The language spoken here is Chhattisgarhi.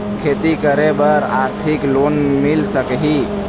खेती करे बर आरथिक लोन मिल सकही?